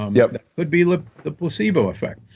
um yeah but would be like the placebo effect.